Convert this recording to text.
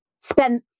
spend